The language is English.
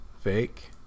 fake